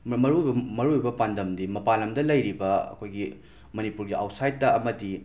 ꯃꯔꯨꯑꯣꯏꯕ ꯃꯔꯨꯑꯣꯏꯕ ꯄꯥꯟꯗꯝꯗꯤ ꯃꯄꯥꯟ ꯂꯝꯗ ꯂꯩꯔꯤꯕ ꯑꯣꯈꯣꯏꯒꯤ ꯃꯅꯤꯄꯨꯔꯒꯤ ꯑꯥꯎꯠꯁꯥꯏꯠꯇ ꯑꯃꯗꯤ